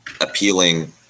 appealing